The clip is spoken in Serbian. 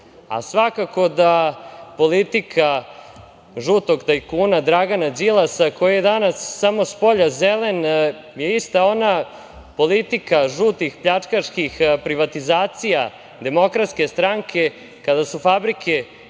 Svakako da politika žutog tajkuna Dragana Đilasa, koji je danas samo spolja zelen, je ista ona politika žutih, pljačkaških privatizacija DS, kada su fabrike